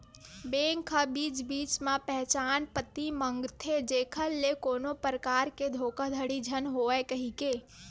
bank ह बीच बीच म पहचान पती मांगथे जेखर ले कोनो परकार के धोखाघड़ी झन होवय कहिके